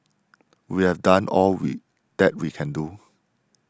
we have done all we that we can do